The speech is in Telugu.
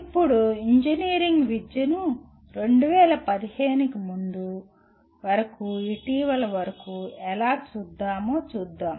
ఇప్పుడు ఇంజనీరింగ్ విద్యను 2015 కి ముందు వరకు ఇటీవల వరకు ఎలా చూద్దామో చూద్దాం